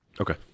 Okay